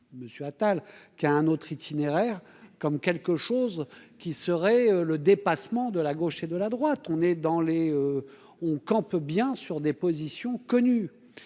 Monsieur Attal, qui a un autre itinéraire comme quelque chose qui serait le dépassement de la gauche et de la droite, on est dans les on campe bien sur des positions connues,